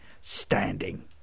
standing